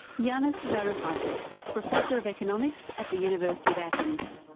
yanis varoufakis, professor of economics at the university of athens.